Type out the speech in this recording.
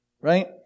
right